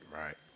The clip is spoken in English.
right